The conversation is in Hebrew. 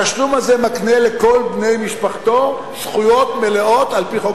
התשלום הזה מקנה לכל בני משפחתו זכויות מלאות על-פי חוק